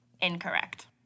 incorrect